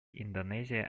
индонезия